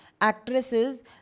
actresses